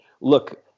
look